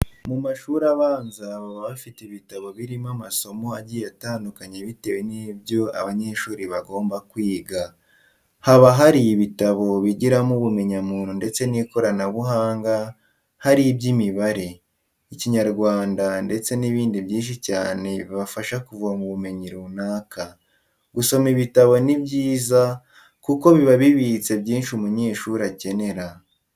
Mu mashuri abanza baba bafite ibitabo birimo amasomo agiye atandukanye bitewe n'ibyo abanyeshuri bagomba kwiga. Haba hari ibitabo bigiramo ubumenyamuntu ndetse n'ikoranabuhanga, hari iby'imibare. ikinyarwanda ndetse n'ibindi byinshi cyane bibafasha kuvoma ubumenyi runaka. Gusoma ibitabo ni byiza kuko biba bibitse byinshi umunyeshuri akenera.